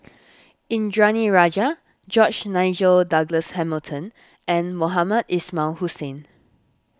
Indranee Rajah George Nigel Douglas Hamilton and Mohamed Ismail Hussain